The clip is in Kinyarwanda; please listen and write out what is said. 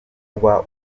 kuba